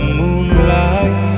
moonlight